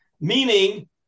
Meaning